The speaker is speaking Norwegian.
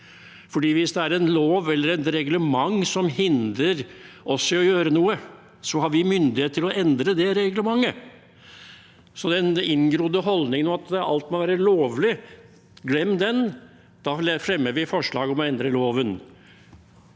hvis en lov eller et reglement hindrer oss i å gjøre noe, har vi myndighet til å endre det reglementet. Så den inngrodde holdningen om at alt må være lovlig – glem den. Da fremmer vi forslag om å endre loven.